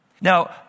Now